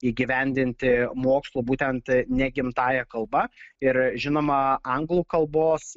įgyvendinti mokslo būtent ne gimtąja kalba ir žinoma anglų kalbos